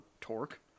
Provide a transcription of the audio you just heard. torque